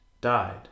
died